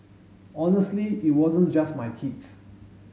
honestly it wasn't just my kids